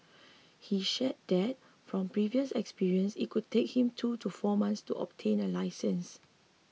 he shared that from previous experience it could take him two to four months to obtain a licence